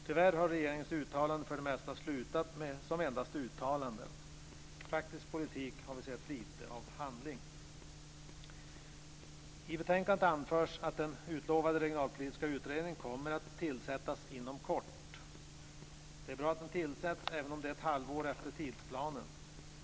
Tyvärr har regeringens uttalanden för det mesta slutat som endast uttalanden. I praktisk politik har vi sett lite av handling. I betänkandet anförs att den utlovade regionalpolitiska utredningen kommer att tillsättas inom kort. Det är bra att den tillsätts även om det är ett halvår efter tidsplanen.